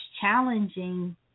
challenging